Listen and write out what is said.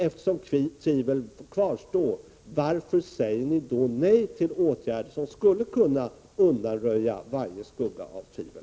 Eftersom tvivel kvarstår: Varför säger ni då nej till åtgärder som skulle kunna undanröja varje skugga av tvivel?